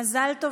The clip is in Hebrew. מזל טוב.